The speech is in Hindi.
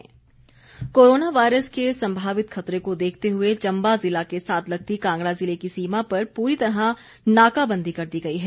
चंबा किन्नौर मंडी कोरोना वायरस के संभावित खतरे को देखते हुए चंबा जिला के साथ लगती कांगड़ा जिले की सीमा पर पूरी तरह नाकाबंदी कर दी गई है